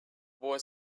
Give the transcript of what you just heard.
boy